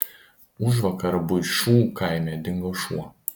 užvakar buišų kaime dingo šuo